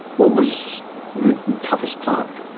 what was the toughest part?